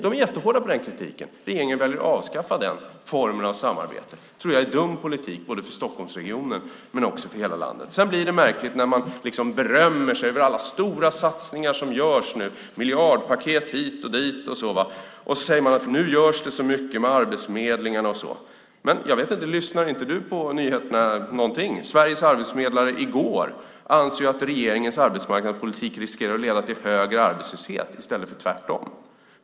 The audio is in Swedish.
De är jättehårda i den kritiken. Regeringen väljer att avskaffa denna form av samarbete. Det tror jag är en dum politik, både för Stockholmsregionen och för landet som helhet. Sedan blir det märkligt när man berömmer sig av alla stora satsningar som nu görs, miljardpaket hit och dit, och säger att det görs så mycket med arbetsförmedlingarna. Lyssnar inte Sven Otto Littorin på nyheterna någonting? I går hörde vi att Sveriges arbetsförmedlare anser att regeringens arbetsmarknadspolitik riskerar att leda till högre arbetslöshet i stället för lägre.